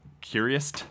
Curious